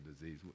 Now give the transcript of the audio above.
disease